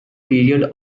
period